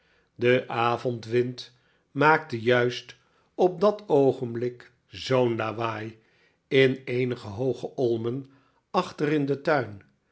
de avondwind maakte juist op dat oogenblik zoo'n lawaai in eenige hooge olmen a'chter in den tuin